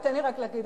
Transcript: תן לי רק להגיד,